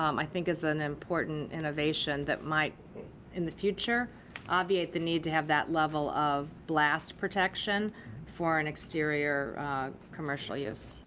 um i think is an important innovation that might in the future obviate the need to have that level of blast protection for an exterior commercial use.